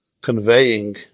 conveying